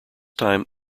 time